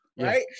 right